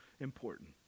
important